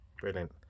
Brilliant